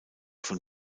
von